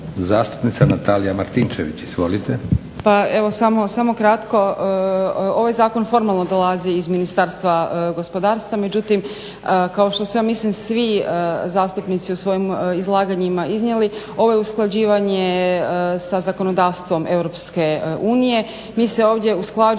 zastupnica Natalija Martinčević. Izvolite.